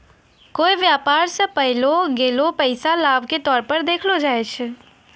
कोय व्यापार स पैलो गेलो पैसा लाभ के तौर पर देखलो जाय छै